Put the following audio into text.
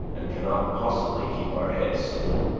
and cannot possibly keep our heads still.